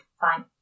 Fine